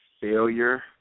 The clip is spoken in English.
failure